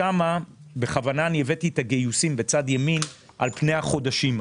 בכוונה הבאתי את הגיוסים בצד ימין על פני החודשים.